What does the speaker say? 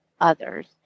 others